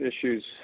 issues